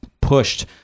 pushed